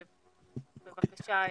בבקשה,